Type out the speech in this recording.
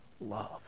love